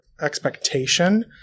expectation